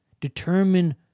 Determine